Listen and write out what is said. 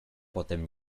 potem